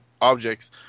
objects